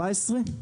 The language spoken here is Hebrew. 14?